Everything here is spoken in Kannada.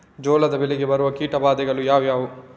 ಜೋಳದ ಬೆಳೆಗೆ ಬರುವ ಕೀಟಬಾಧೆಗಳು ಯಾವುವು?